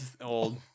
old